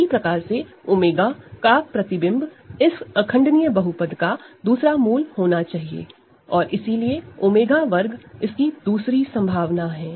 इसी प्रकार से 𝜔 की इमेज इस इररेडूसिबल पॉलीनॉमिनल का दूसरा रूट होना चाहिए और इसीलिए 𝜔 वर्ग इसकी दूसरी संभावना है